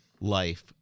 life